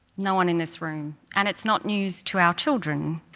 no one in this room, and it's not news to our children,